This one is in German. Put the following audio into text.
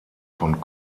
von